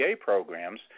programs